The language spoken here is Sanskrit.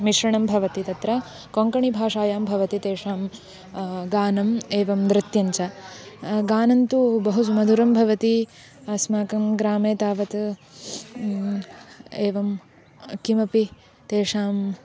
मिश्रणं भवति तत्र कोङ्कणीभाषायां भवति तेषां गानम् एवं नृत्यञ्च गानं तु बहु सुमधुरं भवति अस्माकं ग्रामे तावत् एवं किमपि तेषां